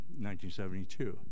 1972